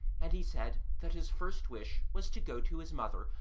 and he said that his first wish was to go to his mother,